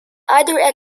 either